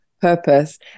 purpose